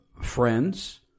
friends